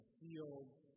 fields